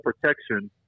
protection